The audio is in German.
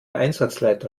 einsatzleiter